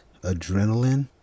adrenaline